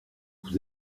vous